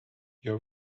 your